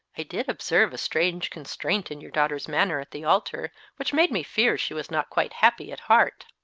i did observe a strange constraint in your daughter's manner at the altar which made me fear she was not quite happy at heart.